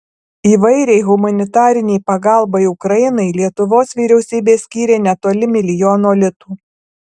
įvairiai humanitarinei pagalbai ukrainai lietuvos vyriausybė skyrė netoli milijono litų